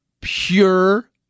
Pure